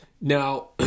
Now